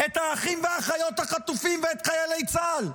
את האחים והאחיות החטופים ואת חיילי צה"ל,